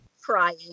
crying